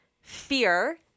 fear